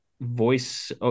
voice